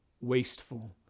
wasteful